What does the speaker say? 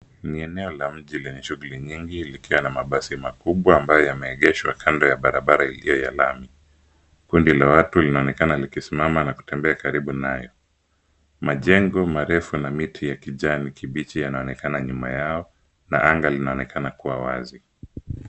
Ni eneo la mji lenye shughuli nyingi likiwa na mabasai makubwa ambayo yameegeshwa kando ya barabara iliyo ya lami. Kundi la watu linaonekana likisimama na kutembea karibu nayo. Majengo marefu na miti ya kijani kibichi yanaonekana nyuma yao na anga linaonekana kuwa wazi.